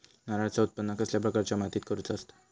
नारळाचा उत्त्पन कसल्या प्रकारच्या मातीत करूचा असता?